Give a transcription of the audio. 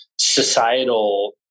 societal